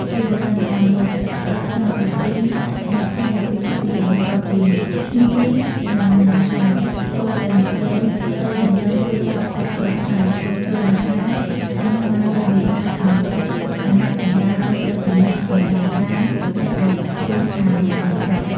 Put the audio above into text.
ពីបុរាណកាលមក ព្រឹកថ្ងៃទី២ នៃថ្ងៃអាពាហ៍ពិពាហ៍បន្ទាប់ពីឈ្មាយ និងមហា ចូលទៅនិយាយ ស្តីដណ្តឹងរួចចប់សព្វគ្រប់ហើយ លោកមហា សុំស្នើលោកមេបា ឲ្យចាត់អាជ្ញាកណ្តាលចុះទៅពិនិត្យ បណ្ណាការនៅឯរោងខាងកូនប្រុស។